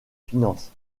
finances